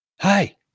Hi